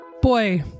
boy